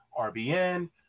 RBN